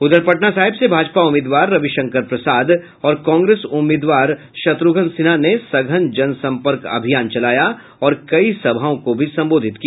उधर पटना साहिब से भाजपा उम्मीदवार रविशंकर प्रसाद और कांग्रेस उम्मीदवार शत्र्घ्न सिन्हा ने सघन जन सम्पर्क अभियान चलाया और कई सभाओं को भी संबोधित किया